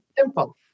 simple